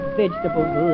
vegetable's